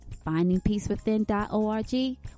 findingpeacewithin.org